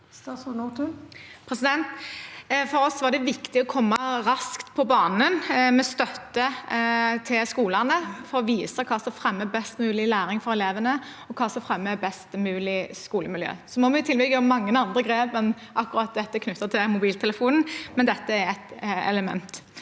For oss var det viktig å komme raskt på banen med støtte til skolene og vise hva som fremmer best mulig læring for elevene, og hva som fremmer best mulig skolemiljø. Så må vi i tillegg gjøre mange andre grep enn akkurat dette knyttet til mobiltelefonen, men dette er et element.